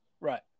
Right